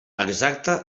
exacta